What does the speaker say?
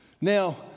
Now